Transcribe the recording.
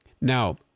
Now